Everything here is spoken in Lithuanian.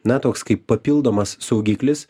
na toks kaip papildomas saugiklis